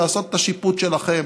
לעשות את השיפוט שלכם.